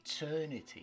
eternity